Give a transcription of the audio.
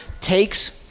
takes